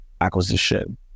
acquisition